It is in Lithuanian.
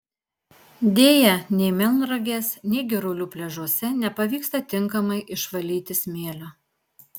deja nei melnragės nei girulių pliažuose nepavyksta tinkamai išvalyti smėlio